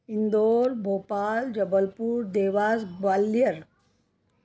Indore Bhopal Jabalpur Dewas Gwalior